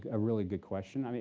a really good question. i mean